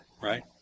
right